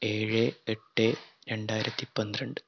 ഏഴ് എട്ട് രണ്ടായിരത്തി പന്ത്രണ്ട്